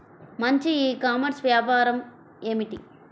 మంచి e commerce వ్యాపారం ఏమిటీ?